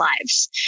lives